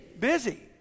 busy